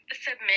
submit